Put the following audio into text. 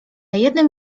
jednym